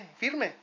firme